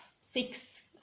six